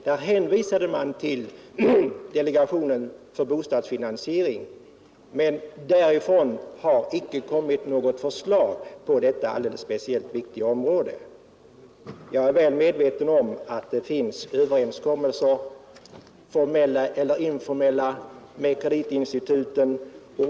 Där hänvisade man till delegationen för bostadsfinansiering, men därifrån har inte kommit något förslag på detta alldeles speciellt viktiga område. Jag är väl medveten om att det finns överenskommelser, formella eller informella, med kreditinstituten.